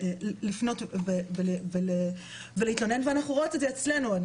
לפנות ולהתלונן ואנחנו רואות את זה אצלנו.